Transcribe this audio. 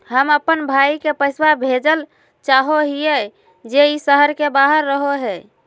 हम अप्पन भाई के पैसवा भेजल चाहो हिअइ जे ई शहर के बाहर रहो है